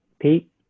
Pete